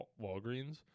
Walgreens